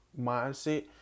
mindset